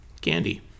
candy